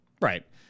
right